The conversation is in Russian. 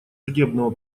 судебного